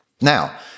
Now